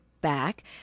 back